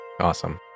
awesome